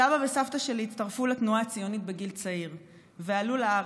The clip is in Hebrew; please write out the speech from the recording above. סבא וסבתא שלי הצטרפו לתנועה הציונית בגיל צעיר ועלו לארץ.